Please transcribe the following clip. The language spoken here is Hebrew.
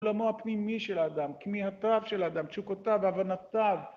עולמו הפנימי של האדם, כמיהותיו של האדם, תשוקותיו והבנותיו